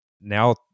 now